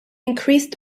increased